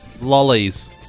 Lollies